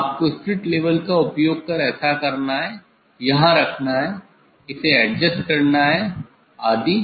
आपको spirit level का उपयोग कर ऐसा करना है यहां रखना है इसे एडजस्ट करना है आदि